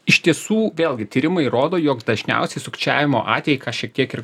iš tiesų vėlgi tyrimai rodo jog dažniausiai sukčiavimo atvejai ką šiek tiek ir